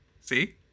See